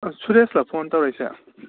ꯁꯨꯔꯦꯁꯂꯥ phone ꯇꯧꯔꯛꯏꯁꯦ